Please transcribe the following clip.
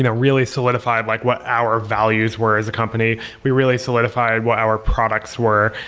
and really solidified like what our values were as a company. we really solidified what our products were.